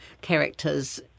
characters